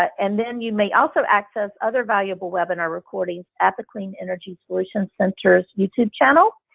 and then you may also access other valuable webinar recordings at the clean energy solution center's youtube channel.